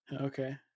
Okay